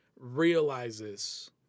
realizes